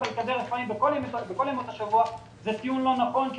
קווי רפאים בכל ימות השבוע זה טיעון לא נכון,